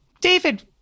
David